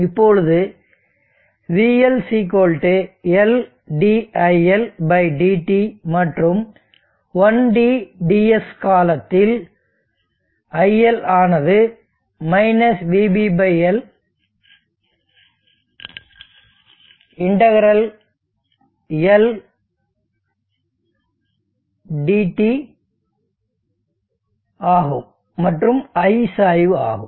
இப்பொழுது vLLdiLdt மற்றும் Ts காலக்கட்டத்தில் iL ஆனது vBL ∫dt ஆகும் மற்றும் I சாய்வு ஆகும்